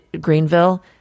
Greenville